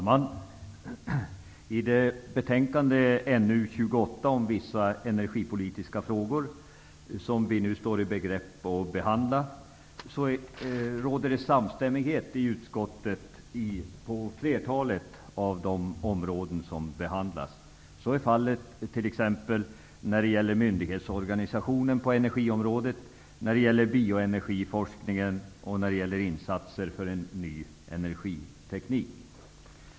Herr talman! När det gäller det betänkande, NU28 om vissa energipolitiska frågor, som vi nu står i begrepp att behandla, råder det samstämmighet i utskottet på flertalet av de områden som behandlas. Så är t.ex. fallet när det gäller myndighetsorganisationen på energiområdet, när det gäller bioenergiforskningen och när det gäller insatser för en ny energiteknik.